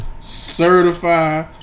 certify